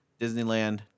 Disneyland